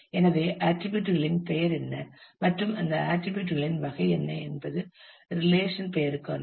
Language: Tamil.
எனவே ஆட்டிரிபியூட் களின் பெயர் என்ன மற்றும் அந்த ஆட்டிரிபியூட் களின் வகை என்ன என்பது ரிலேஷன் பெயருக்கானது